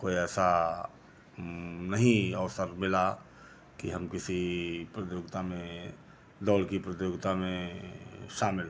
कोई ऐसा नहीं अवसर मिला कि हम किसी प्रतियोगिता में दौड़ की प्रतियोगिता में शामिल हों